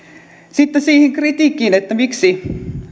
sitten siihen kritiikkiin miksi